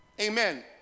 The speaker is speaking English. Amen